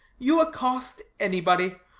you accost anybody.